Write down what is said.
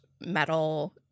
metal